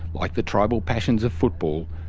like the tribal passions of football,